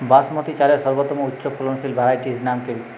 বাসমতী চালের সর্বোত্তম উচ্চ ফলনশীল ভ্যারাইটির নাম কি?